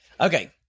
Okay